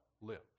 live